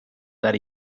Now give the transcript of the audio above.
that